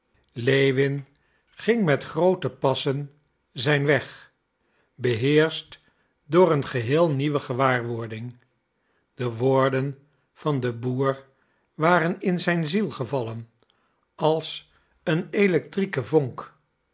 lewin ging met groote passen zijn weg beheerscht door een geheel nieuwe gewaarwording de woorden van den boer waren in zijn ziel gevallen als een electrieke vonk